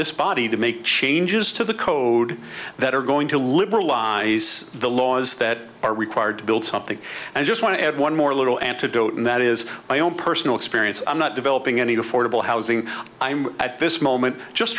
this body to make changes to the code that are going to liberalise the laws that are required to build something and i just want to add one more little antidote and that is my own personal experience i'm not developing any affordable housing i'm at this moment just